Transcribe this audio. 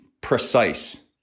precise